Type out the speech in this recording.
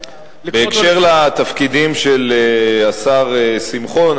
בקשר לתפקידים של השר שמחון,